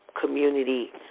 Community